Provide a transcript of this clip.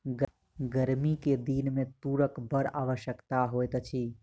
गर्मी के दिन में तूरक बड़ आवश्यकता होइत अछि